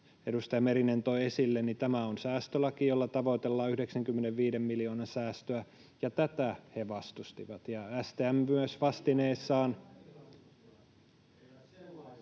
edustaja Merinen toi esille, niin tämä on säästölaki, jolla tavoitellaan 95 miljoonan säästöä, ja tätä he vastustivat. Ja STM myös vastineessaan...